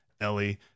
Ellie